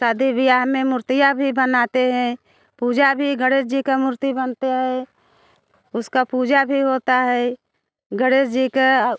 शादी बियाह में मूर्तियाँ भी बनाते हैं पूजा भी गणेश जी की मूर्ति बनाते है उसकी पूजा भी होती है गणेश जी की